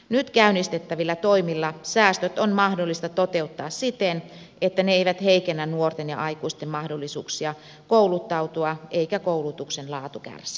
nyt käynnistettävillä toimilla säästöt on mahdollista toteuttaa siten että ne eivät heikennä nuorten ja aikuisten mahdollisuuksia kouluttautua eikä koulutuksen laatu kärsi